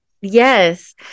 yes